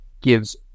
gives